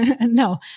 no